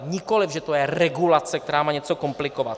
Nikoliv že to je regulace, která má něco komplikovat.